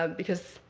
um because,